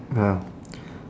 ya